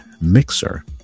mixer